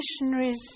missionaries